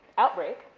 outbreak,